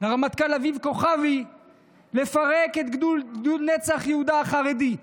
לרמטכ"ל אביב כוכבי לפרק את גדוד נצח יהודה החרדי.